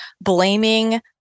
blaming